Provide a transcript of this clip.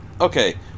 okay